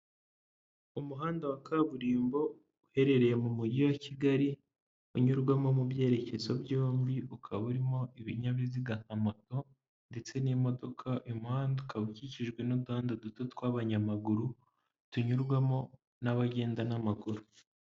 Umuhanda wa kaburimbo uherereye mu mujyi wa Kigali, unyurwamo mu byerekezo byombi, ukaba urimo ibinyabiziga nka moto ndetse n'imodoka; uyu muhanda ukaba ukikijwe n'uduhanda duto tw'abanyamaguru, tunyurwamo n'abagenda n'amaguru.